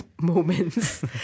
moments